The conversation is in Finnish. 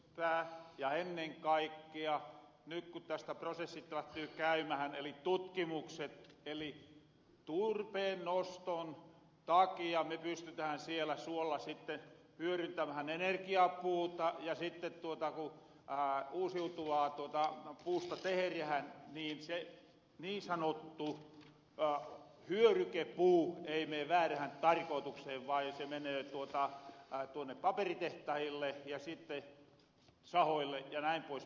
työllistää ja ennen kaikkea nyt ku tästä prosessit lähtee käymähän eli tutkimukset eli turpeen noston takia me pystytähän siellä suolla sitte hyöryntämähän energiapuuta ja sitte ku uusiutuvaa puusta teherähän niin se niin sanottu hyörykepuu ei mee väärähän tarkootukseen vaan se menöö tuonne paperitehtahille ja sitte sahoille jnp